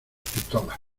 pistolas